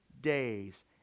days